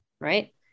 right